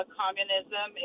communism